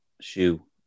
shoe